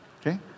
Okay